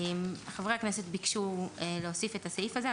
חברי הכנסת ביקשו להוסיף את הסעיף הזה,